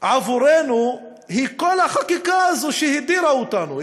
בעבורנו היא כל החקיקה הזו שהדירה אותנו,